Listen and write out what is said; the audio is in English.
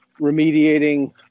remediating